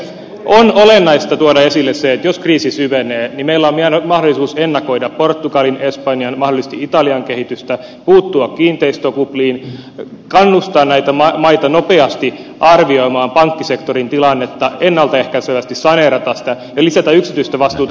on olennaista tuoda esille se että jos kriisi syvenee niin meillä on mahdollisuus ennakoida portugalin espanjan mahdollisesti italian kehitystä puuttua kiinteistökupliin kannustaa näitä maita nopeasti arvioimaan pankkisektorin tilannetta ennaltaehkäisevästi saneerata sitä ja lisätä yksityistä vastuuta siellä